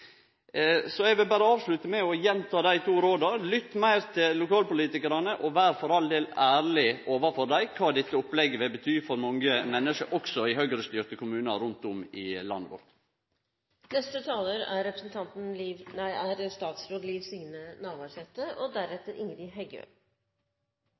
Eg vil avslutte med å gjenta dei to råda: Lytt meir til lokalpolitikarane, og ver for all del ærleg overfor dei for kva dette opplegget vil bety for mange menneske, òg for Høgre-styrte kommunar rundt om i landet